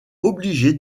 obligés